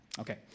Okay